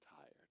tired